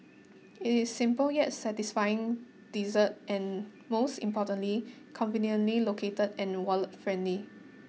it is simple yet satisfying dessert and most importantly conveniently located and wallet friendly